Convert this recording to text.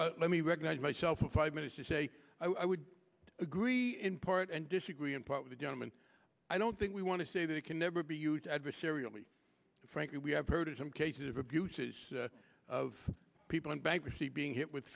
would let me recognize myself for five minutes to say i would agree in part and disagree in part with the gentleman i don't think we want to say that it can never be used adversarial we frankly we have heard some cases of abuses of people in bankruptcy being hit with